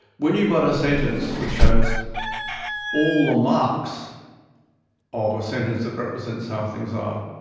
when you've got a sentence which has all the marks of a sentence that represents how things are,